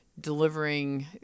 delivering